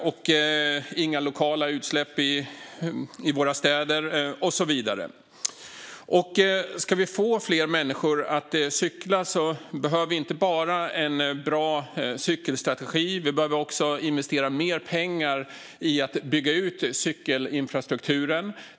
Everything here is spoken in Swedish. Det blir inga lokala utsläpp i våra städer och så vidare. Ska vi få fler människor att cykla behöver vi inte bara en bra cykelstrategi. Vi behöver också investera mer pengar i att bygga ut cykelinfrastrukturen.